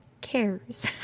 cares